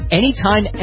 anytime